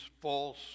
false